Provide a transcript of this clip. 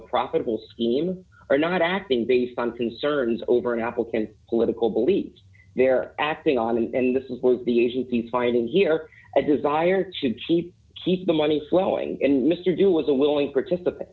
profitable scheme or not acting based on concerns over an apple can political beliefs they're acting on and this is the agency's finding here a desire to keep keep the money swelling and mr du was a willing participant